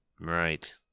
Right